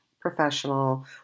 professional